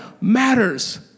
matters